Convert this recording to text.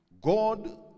God